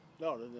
No